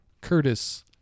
curtis